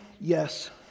yes